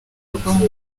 rwanda